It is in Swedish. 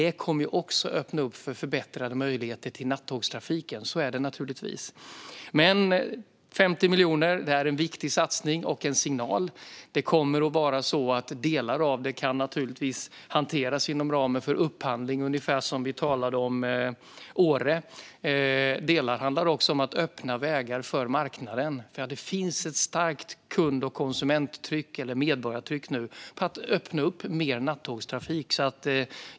Detta kommer naturligtvis också att öppna upp för förbättrade möjligheter till nattågstrafik. Satsningen på 50 miljoner är en viktig signal. Delar av det kan naturligtvis hanteras inom ramen för upphandling, ungefär som vi talade om Åre. Andra delar handlar om att öppna vägar för marknaden, för det finns nu ett starkt kund och konsumenttryck, eller medborgartryck, för att öppna upp mer nattågstrafik.